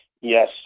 Yes